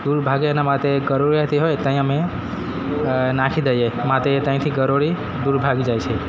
દૂર ભાગે એના માટે ગરોળી રહેતી હોય ત્યાં અમે નાખી દઈએ માટે ત્યાંથી ગરોળી દૂર ભાગી જાય છે